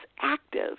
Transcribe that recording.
active